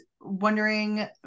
wondering